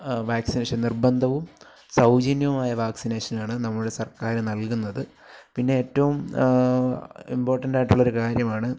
vaccination നിര്ബന്ധവും സൗജന്യവുമായ വാക്സ്സിനേഷനാണ് നമ്മുടെ സര്ക്കാർ നല്കുന്നത് പിന്നെ ഏറ്റവും ഇമ്പോര്ട്ടന്റായിട്ടുള്ളൊരു കാര്യമാണ്